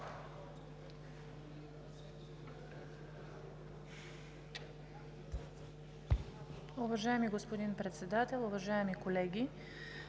Уважаеми господин Председател, уважаеми колеги